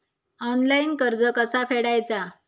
Online कर्ज कसा फेडायचा?